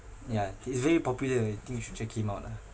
yeah he's very popular I think you should check him out lah